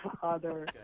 father